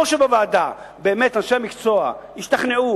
או שבוועדה באמת אנשי המקצוע ישתכנעו,